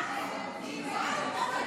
כבוד